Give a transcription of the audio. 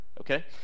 okay